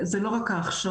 זה לא רק ההכשרות,